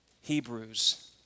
Hebrews